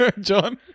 John